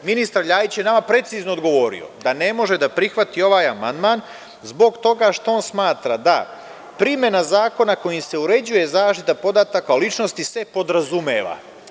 Ministar Ljajić je nama precizno odgovorio da ne može da prihvati ovaj amandman zbog toga što on smatra da primena zakona kojim se uređuje zaštita podataka o ličnosti se podrazumeva.